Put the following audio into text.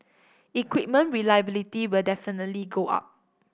equipment reliability will definitely go up